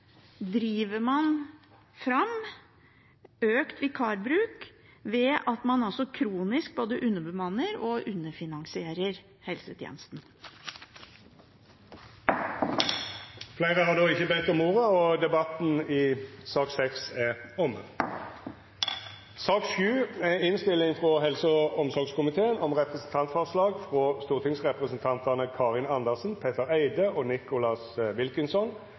driver man fram økt vikarbruk ved at man kronisk både underbemanner og underfinansierer helsetjenesten. Fleire har ikkje bedt om ordet til sak nr. 6. Etter ønske frå helse- og omsorgskomiteen vil presidenten føreslå at taletida vert avgrensa til 3 minutt til kvar partigruppe og